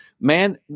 man